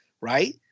right